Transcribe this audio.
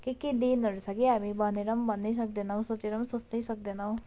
के के देनहरू छ के हामी भनेर भन्नै सक्दैनौँ सोचेर सोच्नै सक्दैनौँ